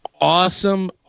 Awesome